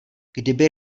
kdyby